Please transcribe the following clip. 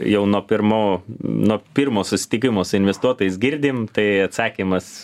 jau nuo pirmo nuo pirmo susitikimo su investuotojais girdim tai atsakymas